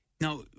Now